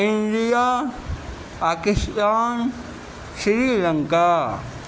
India Pakistan Sri Lanka